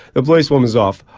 the police woman's off,